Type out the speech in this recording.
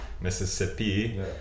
Mississippi